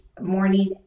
morning